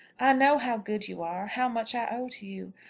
i know how good you are how much i owe to you.